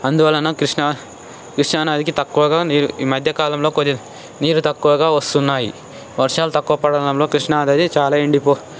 అందువలన కృష్ణా కృష్ణా నదికి తక్కువగా నీరు ఈ మధ్యకాలంలో నీరు తక్కువగా వస్తున్నాయి వర్షాలు తక్కువ పడడంలో కృష్ణ నది చాలా ఎండిపో